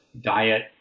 diet